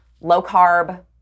low-carb